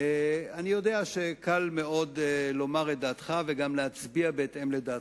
אני יודע שקל מאוד לומר את דעתך וגם להצביע בהתאם לדעתך.